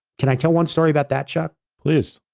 can i tell one story about that, chuck? please.